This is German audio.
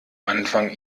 anfang